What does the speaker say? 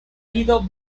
ido